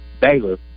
Baylor